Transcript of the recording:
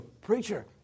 preacher